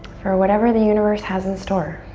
for whatever the universe has in store.